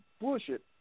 bullshit